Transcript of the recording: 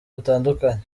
butandukanye